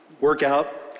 Workout